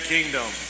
Kingdom